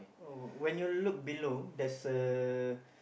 oh when you look below there's a